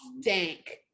stank